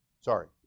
Sorry